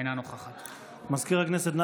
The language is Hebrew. אינה נוכחת מזכיר הכנסת,